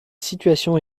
situation